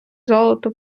золото